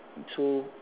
so